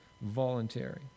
voluntary